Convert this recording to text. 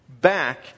back